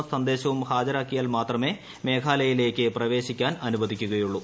S സന്ദേശവും ഹാജരാക്കിയാൽ മാത്രമേ മേഘാലയയിലേക്ക് പ്രവേശിക്കാൻ അനുവദിക്കുകയുള്ളൂ